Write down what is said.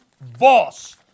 boss